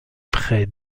près